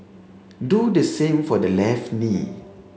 do the same for the left knee